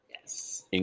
Yes